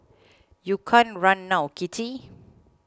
you can't run now kitty